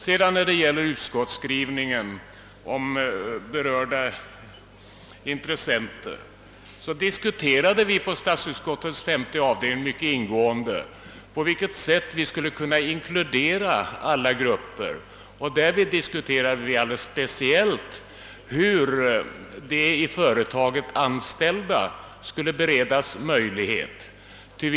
När det sedan gäller utskottets skrivning om »berörda intressenter», så diskuterade vi i utskottets femte avdelning mycket ingående på vilket sätt vi skulle inkludera alla grupper. Därvid diskuterade vi alldeles speciellt hur de i företaget anställda skulle beredas möjligheter härtill.